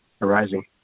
arising